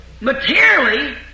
materially